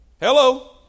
Hello